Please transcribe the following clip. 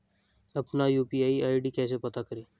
अपना UPI ID कैसे पता करें?